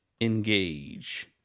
engage